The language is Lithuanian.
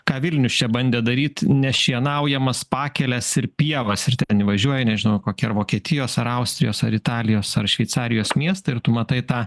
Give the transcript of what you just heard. ką vilnius čia bandė daryt nešienaujamas pakeles ir pievas ir ten įvažiuoji nežinau kokie vokietijos ar austrijos ar italijos ar šveicarijos miestą ir tu matai tą